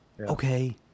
Okay